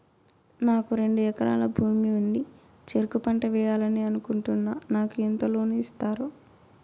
నాకు రెండు ఎకరాల భూమి ఉంది, చెరుకు పంట వేయాలని అనుకుంటున్నా, నాకు ఎంత లోను ఇస్తారు?